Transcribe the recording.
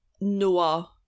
Noah